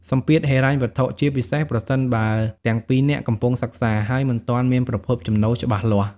សម្ពាធហិរញ្ញវត្ថុ ជាពិសេសប្រសិនបើទាំងពីរនាក់កំពុងសិក្សា ហើយមិនទាន់មានប្រភពចំណូលច្បាស់លាស់។